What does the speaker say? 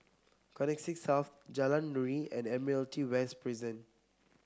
Connexis South Jalan Nuri and Admiralty West Prison